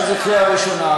עכשיו זו הקריאה הראשונה,